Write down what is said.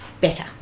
better